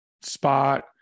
spot